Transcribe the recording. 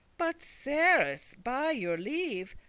but, sires, by your leave,